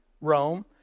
Rome